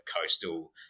coastal